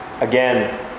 Again